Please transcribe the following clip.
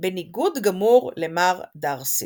בניגוד גמור למר דארסי.